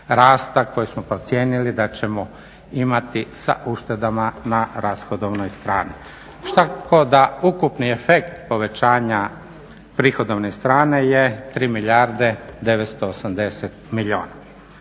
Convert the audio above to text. koji smo procijenili da ćemo imati sa uštedama na rashodovnoj strani. Tako da ukupni efekt povećanja prihodovne strane je 3 milijarde i 980 milijuna.